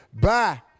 Bye